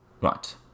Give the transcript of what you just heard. Right